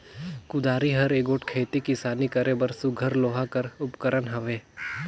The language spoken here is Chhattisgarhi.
कुदारी हर एगोट खेती किसानी करे बर सुग्घर लोहा कर उपकरन हवे